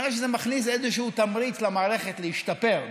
הרי שזה מכניס איזשהו תמריץ למערכת להשתפר.